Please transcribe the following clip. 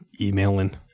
Emailing